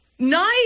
Nice